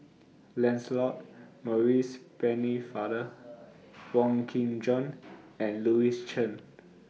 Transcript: Lancelot Maurice Pennefather Wong Kin Jong and Louis Chen